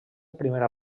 primera